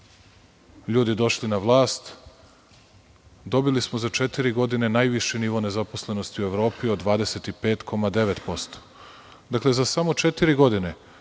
Đilasa došli na vlast, dobili smo za četiri godine najviši nivo nezaposlenosti u Evropi od 25,9%. Dakle, za samo četiri godine